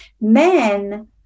Men